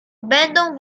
będą